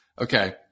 Okay